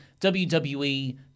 WWE